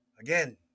again